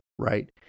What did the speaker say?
Right